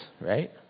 right